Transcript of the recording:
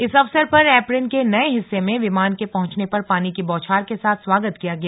इस अवसर पर एप्रेन के नए हिस्से में विमान के पहुंचने पर पानी की बौछार के साथ स्वागत किया गया